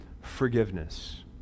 forgiveness